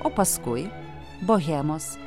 o paskui bohemos